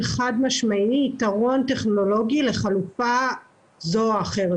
חד-משמעי יתרון טכנולוגי לחלופה זו או אחרת,